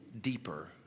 deeper